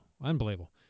Unbelievable